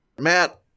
Matt